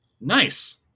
nice